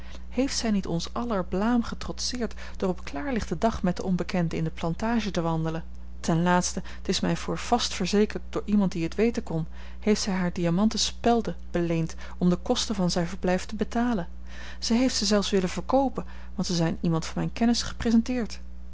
heeft zij niet ons aller blaam getrotseerd door op klaarlichten dag met den onbekende in de plantage te wandelen ten laatste t is mij voor vast verzekerd door iemand die het weten kon heeft zij hare diamanten spelden beleend om de kosten van zijn verblijf te betalen ze heeft ze zelfs willen verkoopen want ze zijn iemand van mijne kennis gepresenteerd